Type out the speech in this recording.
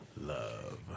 love